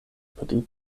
pri